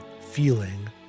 feeling